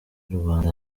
rubanda